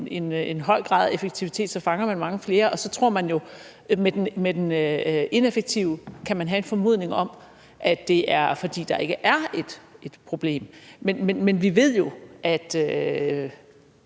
en høj grad af effektivitet, fanger mange flere. Og med den ineffektive kontrol kan man jo have en formodning om, at det er, fordi der ikke er et problem. Men vi ved jo, at